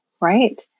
right